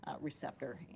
receptor